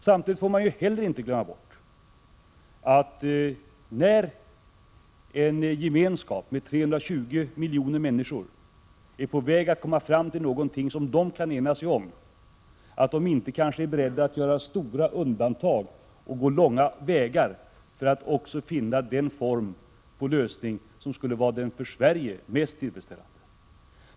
Man får samtidigt inte glömma att när en gemenskap med 320 miljoner människor är på väg att komma fram till någonting som den kan enas om, kanske inte är beredd att göra stora undantag och gå långa vägar för att finna den form av lösning som skulle vara den för Sverige mest tillfredsställande. Herr talman!